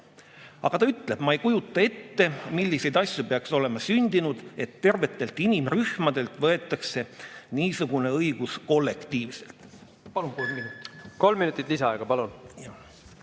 Aga ta ütleb: ma ei kujuta ette, milliseid asju peaks olema sündinud, et tervetelt inimrühmadelt võetakse niisugune õigus kollektiivselt.